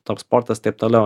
tok sportas taip toliau